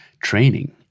training